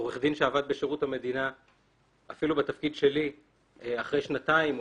עורך דין שעובד בתפקיד שלי אחרי שנתיים או